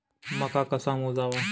मका कसा मोजावा?